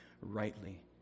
rightly